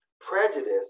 prejudice